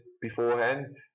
beforehand